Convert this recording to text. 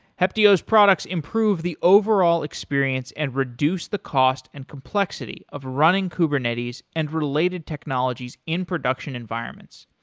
heptio's products improve the overall experience and reduce the cost and complexity of running kubernetes and related technologies in production environments.